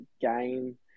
game